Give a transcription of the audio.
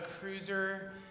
cruiser